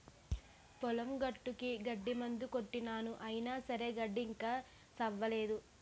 పొలం గట్టుకి గడ్డి మందు కొట్టినాను అయిన సరే గడ్డి ఇంకా సవ్వనేదు